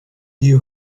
you